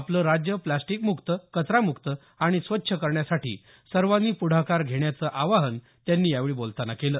आपलं राज्य प्लॅस्टिकम्क्त कचरामुक्त आणि स्वच्छ करण्यासाठी सर्वांनी पुढाकार घेण्याचं आवाहन त्यांनी यावेळी बोलतांना केलं